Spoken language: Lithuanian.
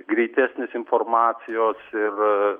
greitesnis informacijos ir